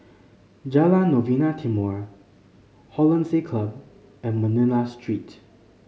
Jalan Novena Timor Hollandse Club and Manila Street